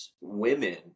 women